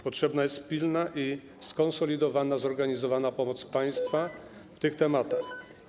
Potrzebna jest pilna i skonsolidowana, zorganizowana pomoc państwa w tych tematach.